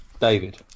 David